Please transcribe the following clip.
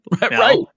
Right